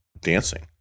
dancing